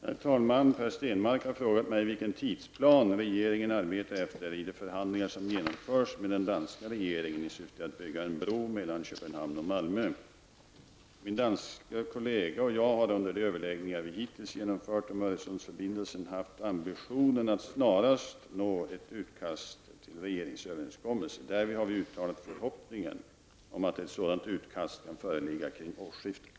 Herr talman! Per Stenmarck har frågat mig vilken tidsplan regeringen arbetar efter i de förhandlingar som genomförs med den danska regeringen i syfte att bygga en bro mellan Köpenhamn och Malmö. Min danske kollega och jag har under de överläggningar vi hittills genomfört om Öresundsförbindelserna haft ambitionen att snarast nå ett utkast till regeringsöverenskommelse. Därvid har vi uttalat förhoppningen om att ett sådant utkast kan föreligga kring årskiftet.